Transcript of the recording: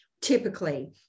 typically